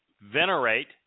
venerate